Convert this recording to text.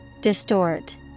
Distort